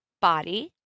body